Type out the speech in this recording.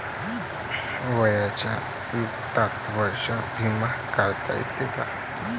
वयाच्या कोंत्या वर्षी बिमा काढता येते?